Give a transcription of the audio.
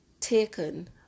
taken